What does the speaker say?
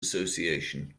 association